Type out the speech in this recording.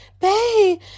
bae